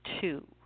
two